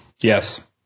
Yes